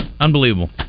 Unbelievable